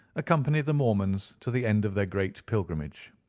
accompanied the mormons to the end of their great pilgrimage.